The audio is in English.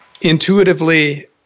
intuitively